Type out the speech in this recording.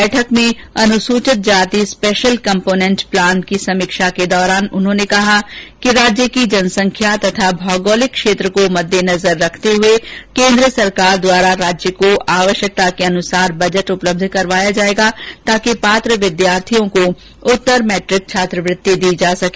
बैठक में अनुसूचित जाति स्पेशल कंपोनेंट प्लान की समीक्षा के दौरान उन्होंने कहा राज्य की जनसंख्या तथा भौगोलिक क्षेत्र को मद्देनजर रखते हुए केंद्र सरकार द्वारा राज्य को आवश्यकता अनुसार बजट उपलब्ध कराया जाएगा ताकि पात्र विद्यार्थियों को उत्तर मैट्रिक छात्रवृत्ति दी जा सके